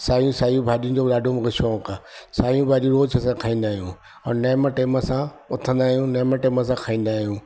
साइयूं साइयूं भाॼीनि जो ॾाढो मूंखे शौंक़ु आहे साई भाॼियूं रोज असां खाईंदा आहियूं ऐं नियम टाइम सां उथंदा आहियूं नियम टाइम सां खाईंदा आहियूं